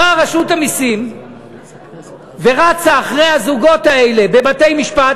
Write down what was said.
באה רשות המסים ורצה אחרי הזוגות האלה בבתי-משפט,